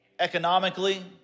economically